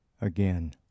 again